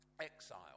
exile